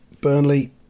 Burnley